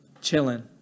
chilling